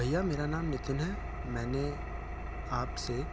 भईया मेरा नाम नितिन है मैंने आप से